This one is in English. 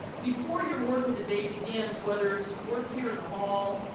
before your work of the day begins, whether it's work here in the hall,